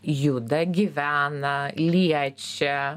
juda gyvena liečia